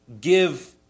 give